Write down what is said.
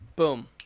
boom